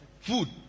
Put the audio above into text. food